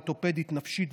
אורתופדית,